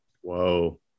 Whoa